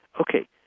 okay